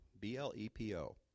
b-l-e-p-o